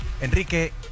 Enrique